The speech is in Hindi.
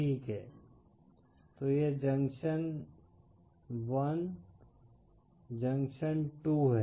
ठीक है तो यह जंक्शन 1 जंक्शन 2 है